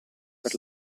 per